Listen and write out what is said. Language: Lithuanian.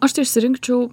aš tai išsirinkčiau